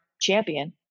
champion